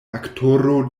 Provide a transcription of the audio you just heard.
aktoro